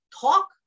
talk